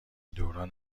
دوران